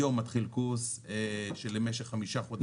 היום מתחיל קורס של משך חמישה חודשים.